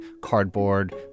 cardboard